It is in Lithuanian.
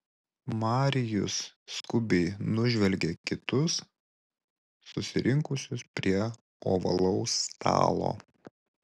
marijus skubiai nužvelgė kitus susirinkusius prie ovalaus stalo